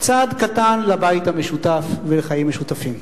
צעד קטן לבית המשותף ולחיים משותפים.